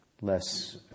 less